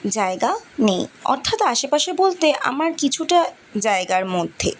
জায়গা নেই অর্থাৎ আশেপাশে বলতে আমার কিছুটা জায়গার মধ্যে